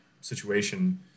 situation